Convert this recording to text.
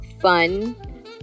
fun